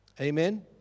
Amen